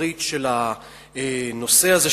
ארצות-ברית של הנושא הזה,